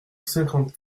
cinquante